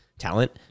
talent